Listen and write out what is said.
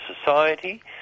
society